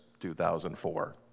2004